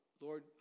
Lord